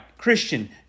Christian